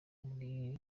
muri